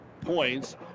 points